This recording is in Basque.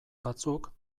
batzuk